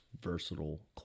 versatile